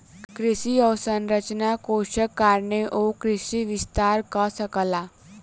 कृषि अवसंरचना कोषक कारणेँ ओ कृषि विस्तार कअ सकला